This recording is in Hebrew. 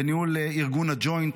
בניהול ארגון הג'וינט,